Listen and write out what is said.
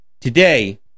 Today